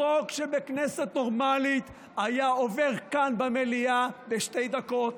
חוק שבכנסת נורמלית היה עובר כאן במליאה בשתי דקות